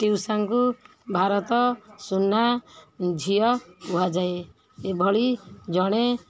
P T ଉଷାଙ୍କୁ ଭାରତ ସୁନା ଝିଅ କୁହାଯାଏ ଏଭଳି ଜଣେ